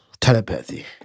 telepathy